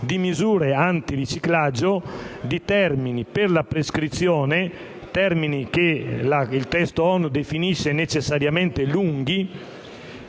di misure antiriciclaggio, di termini per la prescrizione (termini che il testo ONU definisce necessariamente «lunghi»,